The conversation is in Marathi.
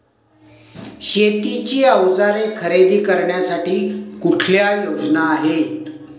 शेतीची अवजारे खरेदी करण्यासाठी कुठली योजना आहे?